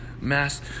mass